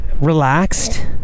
relaxed